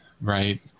Right